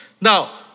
Now